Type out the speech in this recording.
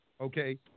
Okay